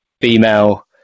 female